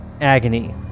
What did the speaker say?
agony